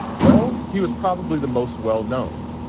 well, he was probably the most well known.